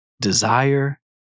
desire